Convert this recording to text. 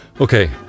okay